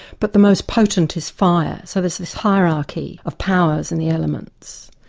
but the most potent is fire, so there's this hierarchy of powers in the elements.